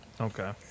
Okay